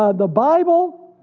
ah the bible,